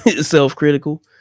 self-critical